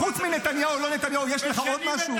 חוץ מנתניהו, לא נתניהו, יש לך עוד משהו?